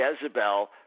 Jezebel